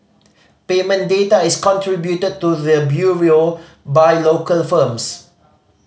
payment data is contributed to the Bureau by local firms